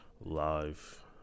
live